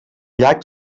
llac